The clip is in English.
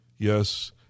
Yes